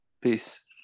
peace